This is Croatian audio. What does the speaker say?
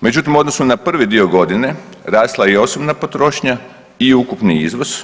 Međutim, u odnosu na prvi dio godine rasla je i osobna potrošnja i ukupni izvoz,